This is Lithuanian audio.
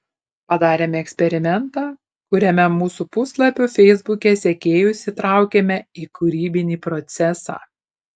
padarėme eksperimentą kuriame mūsų puslapio feisbuke sekėjus įtraukėme į kūrybinį procesą